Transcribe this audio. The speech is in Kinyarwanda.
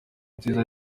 nziza